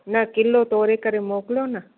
न किलो तोरे करे मोकिलो न